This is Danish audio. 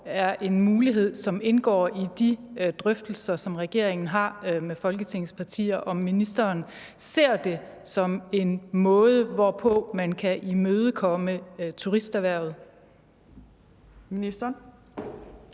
er en mulighed, som indgår i de drøftelser, som regeringen har med Folketingets partier, altså om ministeren ser det som en måde, hvorpå man kan imødekomme turisterhvervet.